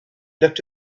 looked